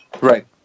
Right